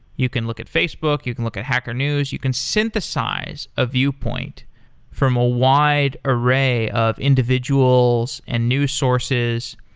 you can look at facebook, you can look at hacker news, you can synthesize a viewpoint from a wide array of individuals and news sources.